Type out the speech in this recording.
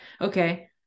okay